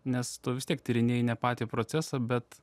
nes tu vis tiek tyrinėji ne patį procesą bet